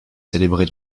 célébrée